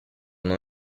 non